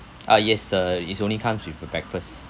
ah yes sir it's only comes with breakfast